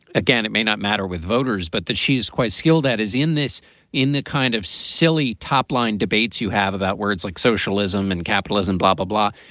again, it may not matter with voters, but that she is quite skilled at is in this in the kind of silly top-line debates you have about words like socialism and capitalism, blah, blah.